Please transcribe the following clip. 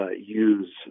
use